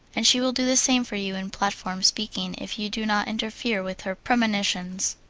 and she will do the same for you in platform speaking if you do not interfere with her premonitions.